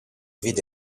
vede